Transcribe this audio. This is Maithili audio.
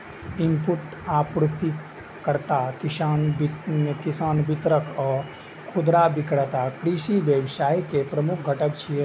इनपुट आपूर्तिकर्ता, किसान, वितरक आ खुदरा विक्रेता कृषि व्यवसाय के प्रमुख घटक छियै